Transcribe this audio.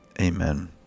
amen